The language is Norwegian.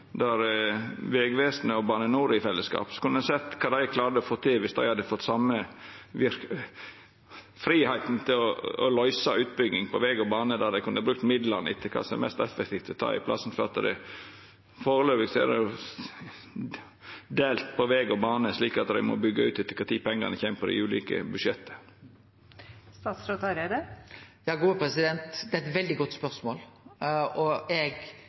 der Vegvesenet og Bane NOR i fellesskap kunn sett på kva dei klarar å få til viss dei hadde fått den same fridomen til å løysa utbygging på veg og bane, og der dei kunne brukt midlane etter kva som er mest effektivt? Førebels er det jo delt på veg og bane, slik at dei må byggja ut til kva tid pengane kjem på dei ulike budsjetta. Det er eit veldig godt spørsmål, og eg